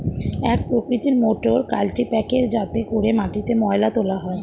এক প্রকৃতির মোটর কাল্টিপ্যাকের যাতে করে মাটিতে ময়লা তোলা হয়